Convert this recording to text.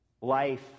Life